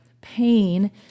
pain